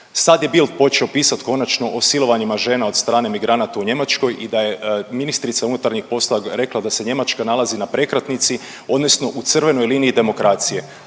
Sad je Bildt počeo pisati konačno o silovanjima žena od strane migranata u Njemačkoj i da je ministrica unutarnjih poslova rekla da se Njemačka nalazi na prekretnici, odnosno u crvenoj liniji demokracije.